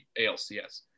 ALCS